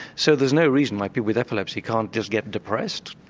so there's no reason why people with epilepsy can't just get depressed,